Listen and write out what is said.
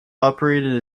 operated